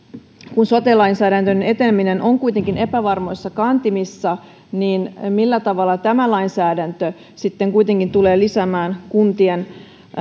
kun sote lainsäädännön eteneminen on kuitenkin epävarmoissa kantimissa niin millä tavalla tämä lainsäädäntö sitten kuitenkin tulee lisäämään kuntien